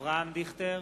אברהם דיכטר,